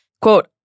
Quote